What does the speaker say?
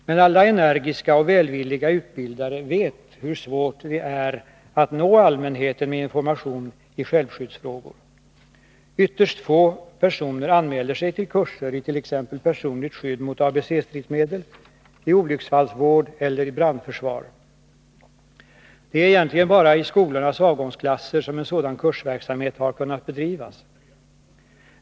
Men alla energiska och välvilliga utbildare vet hur svårt det är att nå allmänheten med information i självskyddsfrågor. Ytterst få personer anmäler sig till kurser i t.ex. personligt skydd mot ABC-stridsmedel, olycksfallsvård eller brandförsvar. Det är egentligen bara i skolornas avgångsklasser som en sådan kursverksamhet har kunnat bedrivas.